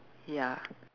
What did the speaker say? ya